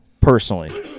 personally